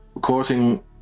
causing